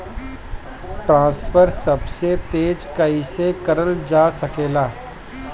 Fund transfer सबसे तेज कइसे करल जा सकेला?